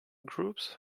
groups